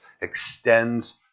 extends